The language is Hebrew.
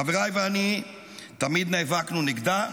חבריי ואני תמיד נאבקנו נגדה,